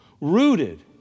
Rooted